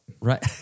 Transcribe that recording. Right